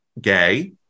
gay